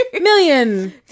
Million